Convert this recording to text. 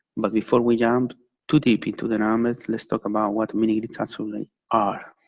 but before we jump too deep into the um and let's talk about what mini-grids and solar are.